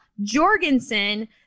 Jorgensen